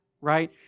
right